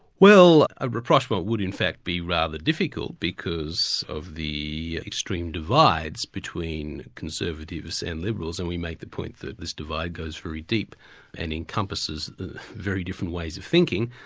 well ah rapprochement would in fact be rather difficult, because because of the extreme divides between conservatives and liberals, and we make the point that this divide goes very deep and encompasses very different ways of thinking.